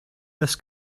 this